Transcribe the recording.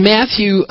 Matthew